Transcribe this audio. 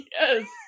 Yes